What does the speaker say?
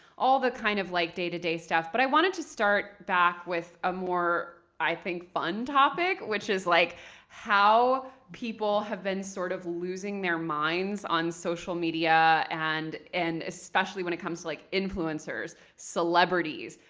all the kind of like day-to-day stuff. but i wanted to start back with a more, more, i think, fun topic, which is like how people have been sort of losing their minds on social media, and and especially when it comes to like influencers, celebrities,